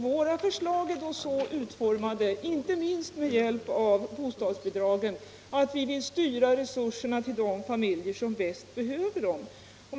Vårt förslag är så utformat Fredagen den att vi vill styra resurserna till de familjer som bäst behöver dem, inte 7 maj 1976 minst med hjälp av bostadsbidragen.